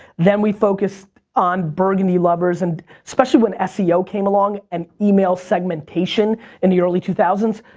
then we focused on burgundy lovers, and especially when seo came along and email segmentation in the early two thousand.